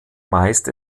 meist